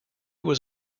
was